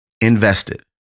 invested